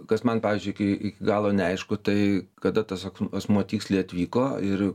kas man pavyzdžiui iki iki galo neaišku tai kada tas asmuo tiksliai atvyko ir